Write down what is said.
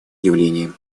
явлением